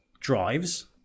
drives